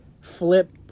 flip